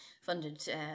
funded